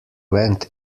went